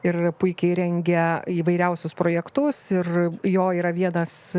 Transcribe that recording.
ir puikiai rengia įvairiausius projektus ir jo yra vienas